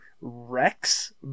Rex